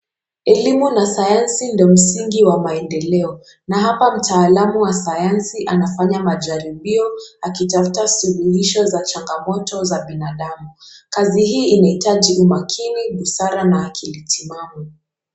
Elimu na sayansi ndiyo msingi wa maendeleo, na hapa mtaalamu wa sayansi anafanya majaribio akitafuta subirisho za changamoto za binadamu. Kazi hii inahitaji umakini, busara, na akili timamu.